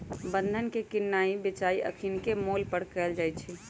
बन्धन के किनाइ बेचाई अखनीके मोल पर कएल जाइ छइ